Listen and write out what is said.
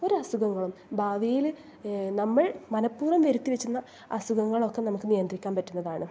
ഒരു അസുഖങ്ങളും ഭാവിയിൽ നമ്മൾ മനപ്പൂർവ്വം വരുത്തി വച്ചിരുന്ന അസുഖങ്ങളൊക്കെ നമുക്ക് നിയന്ത്രിക്കാൻ പറ്റുന്നതാണ്